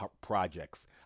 Projects